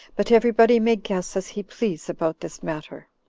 but every body may guess as he please about this matter.